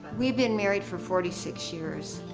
we've been married for forty six years.